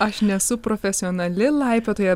aš nesu profesionali laipiotoja